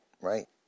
right